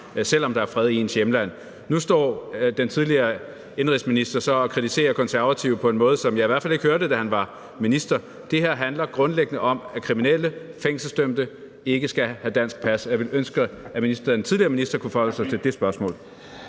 selv om der er fred i ens hjemland. Nu står den tidligere indenrigsminister så og kritiserer Konservative på en måde, som jeg i hvert fald ikke hørte, da han var minister. Det her handler grundlæggende om, at kriminelle fængselsdømte ikke skal have et dansk pas. Jeg ville ønske, at den tidligere minister kunne forholde sig til det spørgsmål.